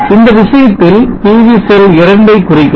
இந்த விஷயத்தில் PV cell 2 ஐ குறிக்கிறது